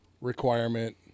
requirement